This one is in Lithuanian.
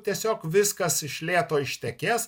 tiesiog viskas iš lėto ištekės